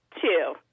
two